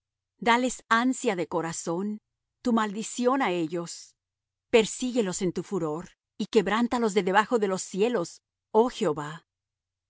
dales ansia de corazón tu maldición á ellos persíguelos en tu furor y quebrántalos de debajo de los cielos oh jehová como